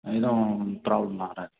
எதுவும் ப்ராப்ளம்லாம் வராது